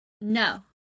no